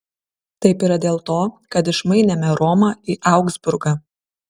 taip yra dėl to kad išmainėme romą į augsburgą